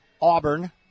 Auburn